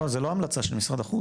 זה לא המלצת משרד החוץ.